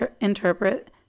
interpret